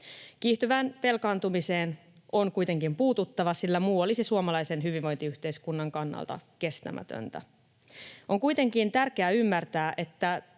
Kiihtyvään velkaantumiseen on kuitenkin puututtava, sillä muu olisi suomalaisen hyvinvointiyhteiskunnan kannalta kestämätöntä. On kuitenkin tärkeää ymmärtää,